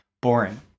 boring